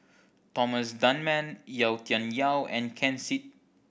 Thomas Dunman Yau Tian Yau and Ken Seet